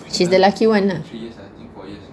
she's the lucky one lah